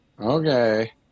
Okay